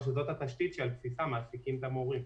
וזו התשתית שעל בסיסה מעסיקים את המורים.